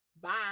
Bye